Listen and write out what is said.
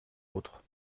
vôtres